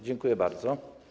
Dziękuję bardzo.